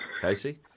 Casey